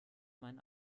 meinen